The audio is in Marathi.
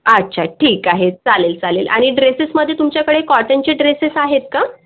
अच्छा ठीक आहे चालेल चालेल आणि ड्रेसेसमध्ये तुमच्याकडे कॉटनचे ड्रेसेस आहेत का